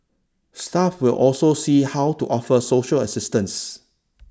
staff will also see how to offer social assistance